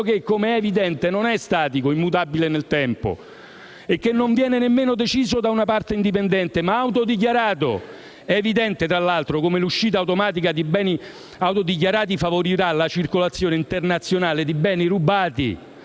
che, come è evidente, non è statico, immutabile nel tempo e che non viene nemmeno deciso da una parte indipendente, ma autodichiarato. È evidente, tra l'altro, come l'uscita automatica di beni autodichiarati favorirà la circolazione internazionale di beni rubati,